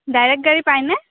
direct গাড়ী পাই নে